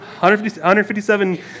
157